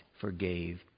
forgave